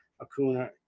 Acuna